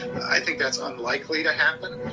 i think that's unlikely to happen.